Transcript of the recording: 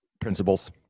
Principles